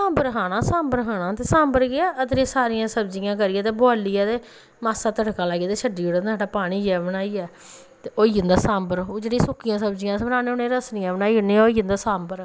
सांबर खाना सांबर खाना ते सांबर केह् ऐ सारियां सब्जियां करियै ते बोआलियै ते मास्सा तड़का लाइयै ते छड्डी ओड़ेआ पानी जेहा बनाइयै ते होई जंदा सांबर ओह् जेह्ड़ी सुक्कियां सब्जियां अस बनान्ने होन्ने रसलियां बनाई ओड़नियां होर ओह् होई जंदा सांबर